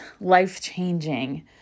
life-changing